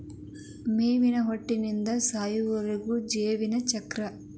ಮೇನಿನ ಹುಟ್ಟಿನಿಂದ ಸಾಯುವರೆಗಿನ ಜೇವನ ಚಕ್ರ